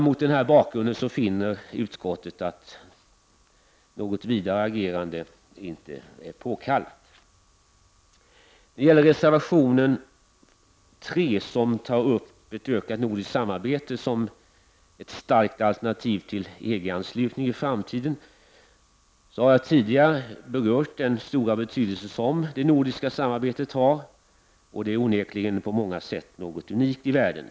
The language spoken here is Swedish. Mot denna bakgrund finner utskottet att något vidare agerande inte är påkallat. Reservation 3 tar upp ett ökat nordiskt samarbete som ett starkt alternativ till EG-anslutning i framtiden. Jag har tidigare berört den stora betydelse som det nordiska samarbetet har, och det är onekligen på många sätt något unikt i världen.